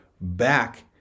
back